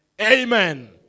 Amen